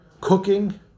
cooking